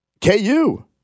KU